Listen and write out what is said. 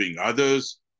others